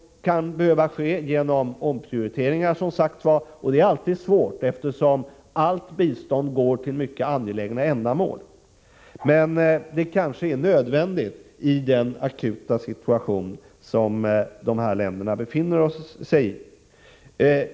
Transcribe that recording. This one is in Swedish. Omprioriteringar kan, som sagt, behöva göras. Det är alltid svårt, eftersom allt bistånd går till mycket angelägna ändamål, men det är kanske nödvändigt med tanke på den akuta situation som dessa länder befinner sig i.